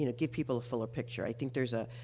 you know give people a fuller picture. i think there's a,